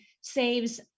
saves